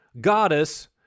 goddess